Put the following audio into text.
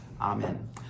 Amen